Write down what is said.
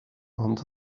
ond